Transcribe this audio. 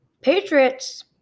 Patriots